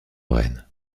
rennes